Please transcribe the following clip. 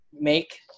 make